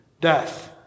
death